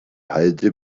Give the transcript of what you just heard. halde